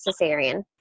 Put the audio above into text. cesarean